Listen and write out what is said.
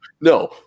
No